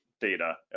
data